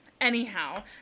anyhow